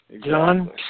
John